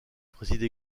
préside